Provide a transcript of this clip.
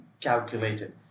calculated